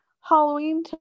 Halloween